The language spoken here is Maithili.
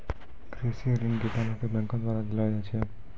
कृषि ऋण किसानो के बैंक द्वारा देलो जाय छै